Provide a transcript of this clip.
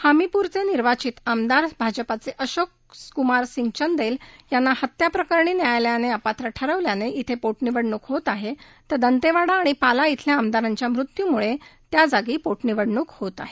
हामीपूरचे निर्वाचित आमदार भाजपाचे अशोक कुमार सिंग चंदेल यांना हत्या प्रकरणी न्यायालयाने अपात्र ठरवल्याने इथे पोटनिवडणूक होत आहे तर दंतेवाडा आणि पाला इथल्या आमदारांच्या मृत्यूमुळे या जागी पोटनिवडणूक होत आहे